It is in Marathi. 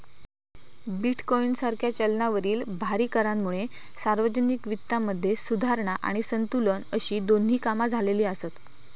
बिटकॉइन सारख्या चलनावरील भारी करांमुळे सार्वजनिक वित्तामध्ये सुधारणा आणि संतुलन अशी दोन्ही कामा झालेली आसत